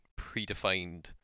predefined